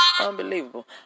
Unbelievable